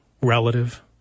relative